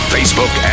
Facebook